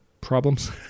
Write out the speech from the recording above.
Problems